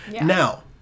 Now